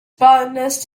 botanist